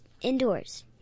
indoors